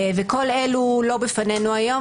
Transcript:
כל אלו לא בפנינו היום,